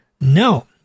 No